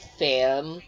film